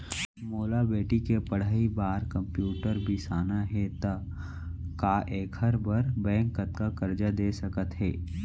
मोला बेटी के पढ़ई बार कम्प्यूटर बिसाना हे त का एखर बर बैंक कतका करजा दे सकत हे?